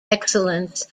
excellence